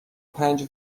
پنج